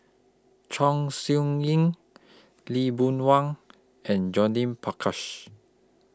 Chong Siew Ying Lee Boon Wang and Judith Prakash